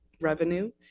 revenue